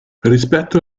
rispetto